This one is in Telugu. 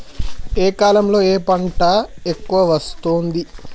ఏ కాలంలో ఏ పంట ఎక్కువ వస్తోంది?